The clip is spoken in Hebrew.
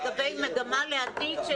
לגבי מגמה לעתיד.